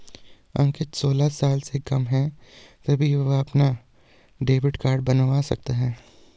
अंकित सोलह साल से कम है तब भी वह अपना डेबिट कार्ड बनवा सकता है